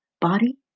Body